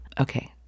Okay